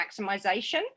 maximization